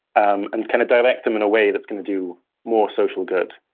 um and kind of direct them in a way that's going to do more social good.